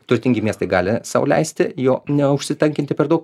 turtingi miestai gali sau leisti jo neužsitankinti per daug